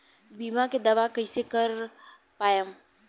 बीमा के दावा कईसे कर पाएम?